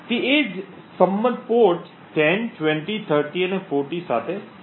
તે એ જ સંમત પોર્ટ 10 20 30 અને 40 સાથે ચાર છે